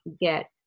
get